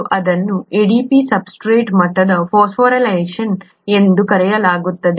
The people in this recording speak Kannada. ಮತ್ತು ಅದನ್ನು ADP ಯ ಸಬ್ಸ್ಟ್ರೇಟ್ ಮಟ್ಟದ ಫಾಸ್ಫೊರಿಲೇಷನ್ ಎಂದು ಕರೆಯಲಾಗುತ್ತದೆ